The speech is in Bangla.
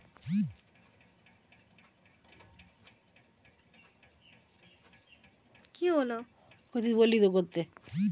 ভেড়াকে যে খামারে রাখা হয় সেখানে বিভিন্ন রকমের আয়োজন রাখতে হয়